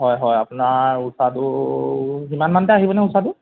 হয় হয় আপোনাৰ ঊষাটো সিমানমানতে আহিবনে ঊষাটো